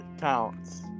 counts